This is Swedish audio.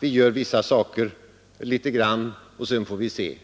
innebär att man gör litet grand utan sammanhang och sedan får man se.